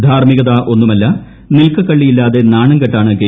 ധാർമ്മികത ഒന്നുമല്ല നിൽക്കക്കള്ളിയില്ലാതെ നാണംകെട്ടാണ് കെ